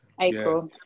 April